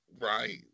right